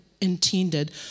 intended